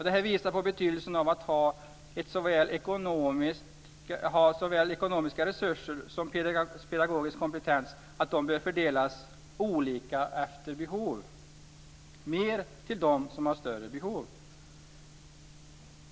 Detta visar på betydelsen av att såväl ekonomiska resurser som pedagogisk kompetens bör fördelas olika och efter behov - mer till dem som har större behov.